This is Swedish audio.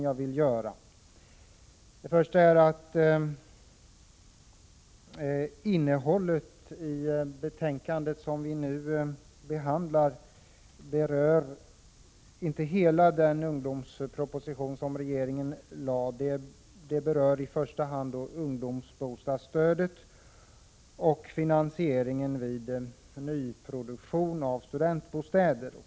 Innehållet i det betänkande som vi nu behandlar omfattar inte hela den ungdomsproposition som regeringen har framlagt, utan i första hand ungdomsbostadsstödet och finansieringen vid nyproduktion av studentbostäder.